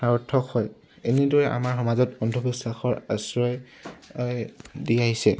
সাৰ্থক হয় এনেদৰে আমাৰ সমাজত অন্ধবিশ্বাসৰ আশ্ৰয় অই দি আহিছে